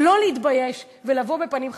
ולא להתבייש ולבוא בפנים חשופות.